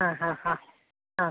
ആ ഹാ ഹാ ആ